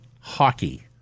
hockey